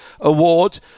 Award